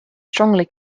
strongly